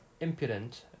impudent